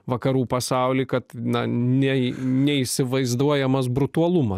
vakarų pasaulį kad na nė neįsivaizduojamas brutalumas